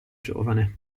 giovane